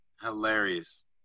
Hilarious